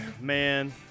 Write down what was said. man